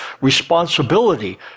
responsibility